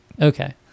Okay